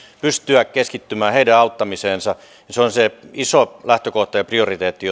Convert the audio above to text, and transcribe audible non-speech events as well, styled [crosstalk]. pystyä keskittymään heidän auttamiseensa se on se iso lähtökohta ja prioriteetti [unintelligible]